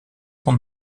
son